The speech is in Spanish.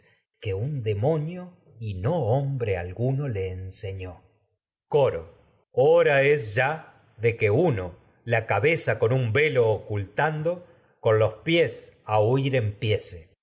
que un demonio y no hombre alguno le enseñó coro velo el hora es ya de que uno la cabeza o con un ocultando con los pies a huir empiece